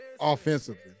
offensively